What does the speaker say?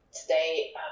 today